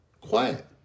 quiet